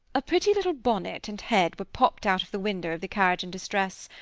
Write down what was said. a pretty little bonnet and head were popped out of the window of the carriage in distress.